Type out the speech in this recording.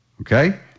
okay